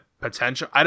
potential